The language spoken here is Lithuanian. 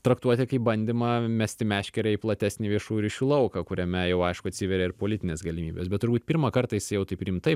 traktuoti kaip bandymą mesti meškerę į platesnį viešųjų ryšių lauką kuriame jau aišku atsiveria ir politinės galimybės bet turbūt pirmą kartą jisai jau taip rimtai